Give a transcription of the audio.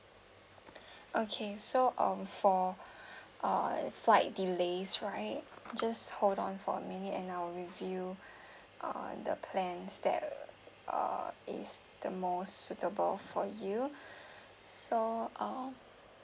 okay so um for uh flight delays right just hold on for a minute and I will review uh the plans that uh is the most suitable for you so um